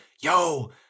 yo